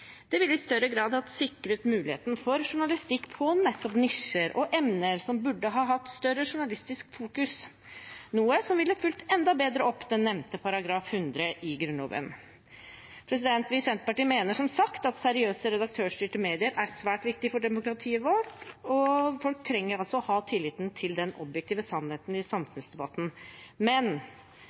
Det ville i større grad sikret muligheten for journalistikk på nettopp nisjer og emner som burde hatt større journalistisk fokus, noe som ville fulgt enda bedre opp den nevnte § 100 i Grunnloven. Vi i Senterpartiet mener som sagt at seriøse redaktørstyrte medier er svært viktig for demokratiet vårt. Folk trenger å ha tillit til den objektive sannheten i samfunnsdebatten, men